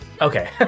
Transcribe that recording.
Okay